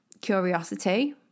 curiosity